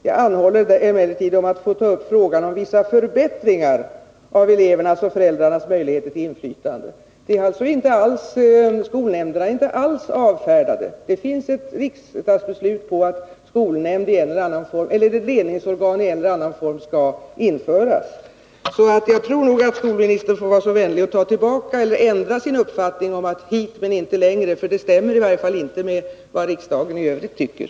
Jag anhåller emellertid om att få ta upp frågan om vissa förbättringar av elevernas och föräldrarnas möjligheter Nr 34 Skolnämnderna är inte alls avfärdade. Det finns ett riksdagsbeslut om att 24 november 1981 ledningsorgan i en eller annan form skall införas. Jag tror alltså att skolministern får vara så vänlig och ta tillbaka eller ändra sin uppfattning om Om innebörden ”hit, men inte längre”, för den stämmer inte med vad riksdagen i övrigt tycker.